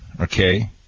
okay